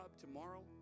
tomorrow